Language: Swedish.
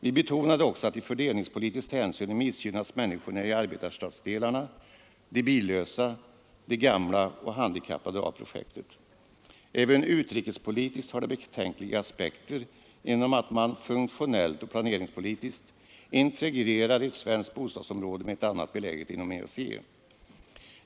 Vi betonade också att i fördelningspolitiskt hänseende missgynnas människorna i arbetarstadsdelarna, de billösa, de gamla och de handikappade av projektet. Även utrikespolitiskt har det betänkliga aspekter genom att man funktionellt och planeringspolitiskt integrerar ett svenskt bostadsområde med ett annat, beläget inom EEC.